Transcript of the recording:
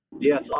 Yes